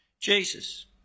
Jesus